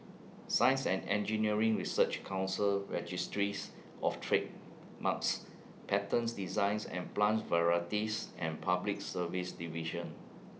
Science and Engineering Research Council Registries of Trademarks Patents Designs and Plant Varieties and Public Service Division